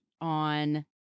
on